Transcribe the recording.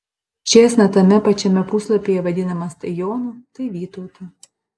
čėsna tame pačiame puslapyje vadinamas tai jonu tai vytautu